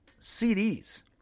CDs